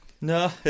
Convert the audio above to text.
No